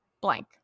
blank